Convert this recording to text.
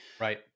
Right